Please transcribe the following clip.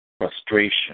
Frustration